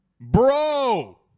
Bro